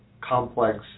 complex